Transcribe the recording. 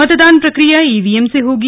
मतदान प्रक्रिया ईवीएम से होगी